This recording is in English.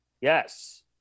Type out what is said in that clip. Yes